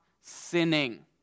sinning